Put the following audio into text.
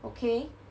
okay